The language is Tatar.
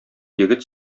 егет